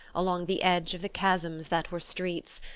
along the edge of the chasms that were streets,